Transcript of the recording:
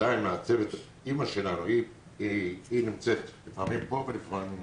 אימא שלנו נמצאת לפעמים פה ולפעמים יותר.